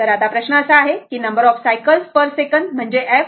तर आता प्रश्न असा आहे की number of cycle per second म्हणजे f